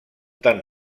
tan